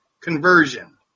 conversion